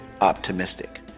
optimistic